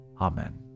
Amen